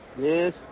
Yes